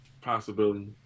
Possibility